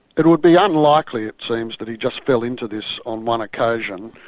it would be unlikely, it seems, that he just fell into this on one occasion.